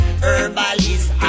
Herbalist